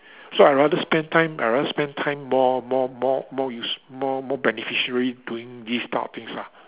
so I rather spend time I rather spend time more more more more useful more more beneficiary doing these type of things lah